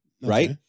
right